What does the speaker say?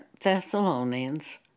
Thessalonians